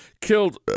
killed